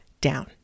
down